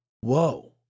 Whoa